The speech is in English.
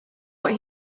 what